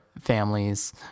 Families